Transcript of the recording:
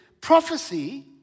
prophecy